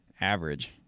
average